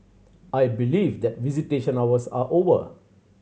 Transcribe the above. I believe that visitation hours are over